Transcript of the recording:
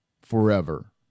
forever